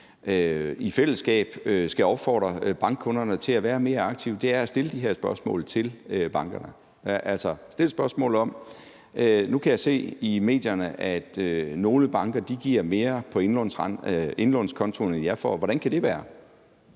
i fællesskab skal opfordre bankkunderne til at være mere aktive, er i forhold til at stille de her spørgsmål til bankerne. Altså, stil følgende spørgsmål: Nu kan jeg se i medierne, at nogle banker giver mere på indlånskontoen, end jeg får – hvordan kan det være?